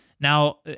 Now